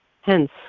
Hence